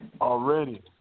Already